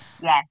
yes